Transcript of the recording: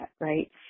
right